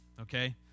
okay